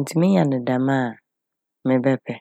ntsi menya no dɛm a mebɛpɛ.